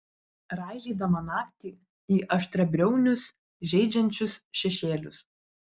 raižydama naktį į aštriabriaunius žeidžiančius šešėlius